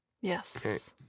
yes